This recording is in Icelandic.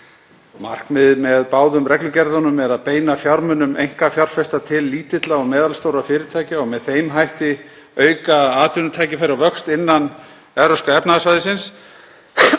Markmiðið með báðum reglugerðunum er að beina fjármunum einkafjárfesta til lítilla og meðalstórra fyrirtækja og með þeim hætti auka atvinnutækifæri og vöxt innan Evrópska efnahagssvæðisins.